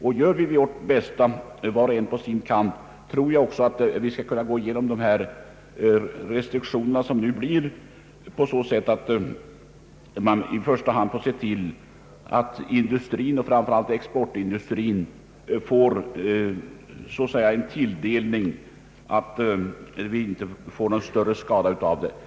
Men om var och en gör sitt bästa tror jag att vi skall klara de inskränkningar av elförbrukningen som blir nödvändiga, så att industrin och framför allt exportindustrin får en tilldelning som gör att det inte uppstår några skadeverkningar.